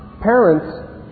Parents